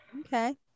okay